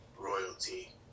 royalty